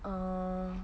err